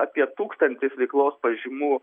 apie tūkstantis veiklos pažymų